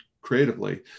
creatively